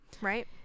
Right